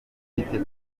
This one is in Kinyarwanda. kujya